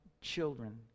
children